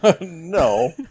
No